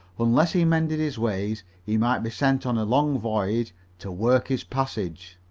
unless he mended his ways, he might be sent on a long voyage to work his passage.